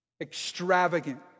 extravagant